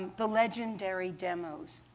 the legendary demos.